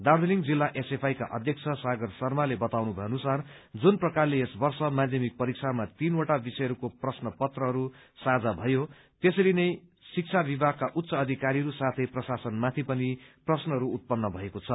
दार्जीलिङ जिल्ला एसएफआईका अध्यक्ष सागर शर्माले बताउनु भए अनुसार जुन प्रकारले यस वर्ष माध्यमिक परीक्षामा तीनवटा विषयहरूको प्रश्न पत्र साझा भयो त्यसरी नै शिक्षा विभागका उच्च अधिकारीहरू साथै प्रशासनमाथि पनि प्रश्नहरू उत्पन्न भएको छ